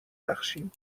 بخشیم